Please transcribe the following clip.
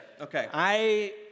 Okay